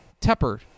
tepper